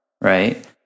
right